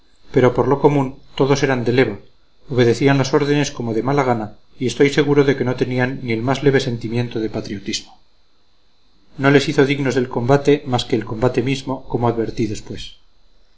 pero por lo común todos eran de leva obedecían las órdenes como de mala gana y estoy seguro de que no tenían ni el más leve sentimiento de patriotismo no les hizo dignos del combate más que el combate mismo como advertí después